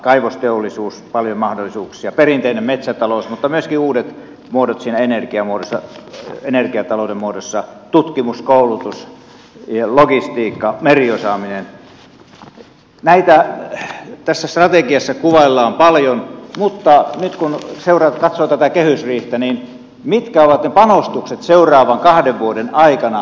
kaivosteollisuus paljon mahdollisuuksia perinteinen metsätalous mutta myöskin uudet muodot siinä energiatalouden muodossa tutkimus koulutus logistiikka meriosaaminen näitä tässä strategiassa kuvaillaan paljon mutta nyt kun katsoo tätä kehysriihtä niin mitkä ovat ne panostuksen seuraavan kahden vuoden aikana tälle alueelle